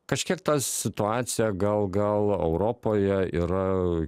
kažkiek ta situacija gal gal europoje yra